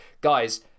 guys